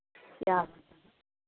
yeah